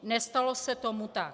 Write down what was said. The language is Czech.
Nestalo se tomu tak.